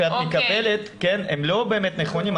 שאת מקבלת הם לא באמת נכונים.